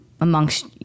amongst